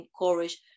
encourage